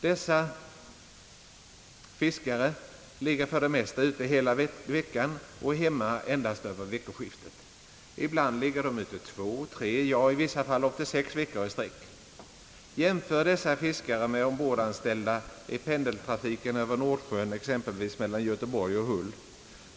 Dessa fiskare ligger för det mesta ute hela veckan och är hemma endast över veckoskiftet. Ibland ligger de ute två, tre, ja i vissa fall upp till sex veckor i sträck. Jämför dessa fiskare med ombordanställda i pendeltrafiken över Nordsjön, exempelvis mellan Göteborg och Hull!